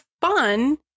fun